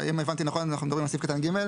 אם הבנתי נכון, אנחנו מדברים על סעיף קטן (ג).